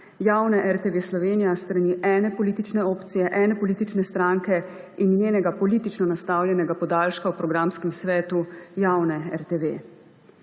javne RTV Slovenija s strani ene politične opcije, ene politične stranke in njenega politično nastavljenega podaljška v programskem svetu javne RTV.